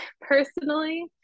personally